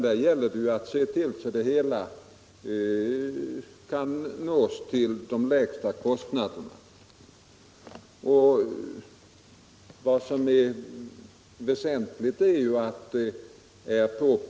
Det gäller i stället att försöka få arbetet utfört till lägsta möjliga kostnader.